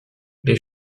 les